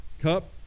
cup